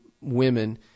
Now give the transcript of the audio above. women